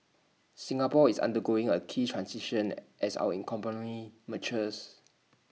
Singapore is undergoing A key transition as our in company matures